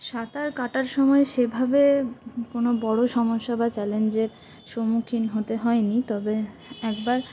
সাঁতার কাঁটার সময় সেভাবে কোনো বড়ো সমস্যা বা চ্যালেঞ্জের সম্মুখীন হতে হয়নি তবে একবার